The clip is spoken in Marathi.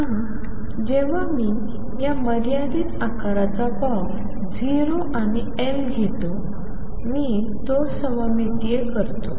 म्हणून जेव्हा मी हा मर्यादित आकाराचा बॉक्स 0 आणि L घेतो मी तो सममितीय करतो